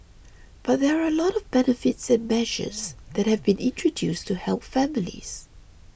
but there are a lot of benefits and measures that have been introduced to help families